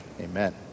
amen